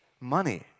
money